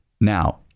Now